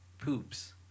poops